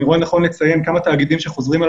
אני רוצה לנכון לציין כמה תאגידים שחוזרים על